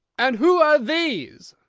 and who are these?